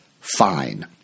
fine